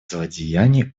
злодеяний